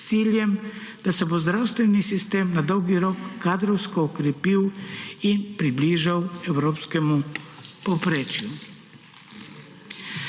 s ciljem, da se bo zdravstveni sistem na dolgo rok kadrovsko okrepil in približal evropskemu povprečju.